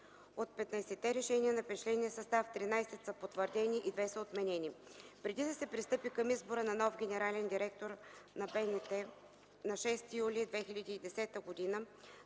от 15-те решения на петчленен състав 13 са потвърдени и 2 са отменени. Преди да се пристъпи към избора на нов генерален директор на БНТ, на 6 юли 2010 г.